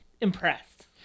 impressed